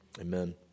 amen